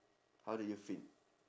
how do you feel